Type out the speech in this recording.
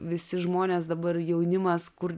visi žmonės dabar jaunimas kur